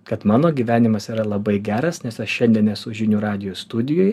kad mano gyvenimas yra labai geras nes aš šiandien esu žinių radijo studijoj